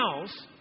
else